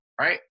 right